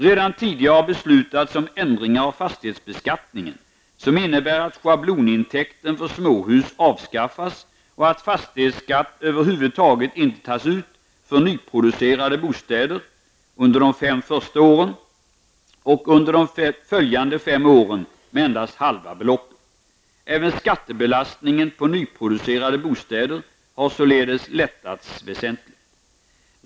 Redan tidigare har beslutats om ändringar av fastighetsbeskattningen som innebär att schablonintäkten för småhus avskaffas och att fastighetsskatt över huvud taget inte tas ut för nyproducerade bostäder under de första fem åren och under de följande fem åren med endast halva beloppet. Även skattebelastningen på nyproducerade bostäder har således lättats väsentligt.